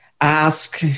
ask